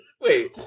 wait